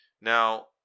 Now